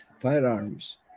firearms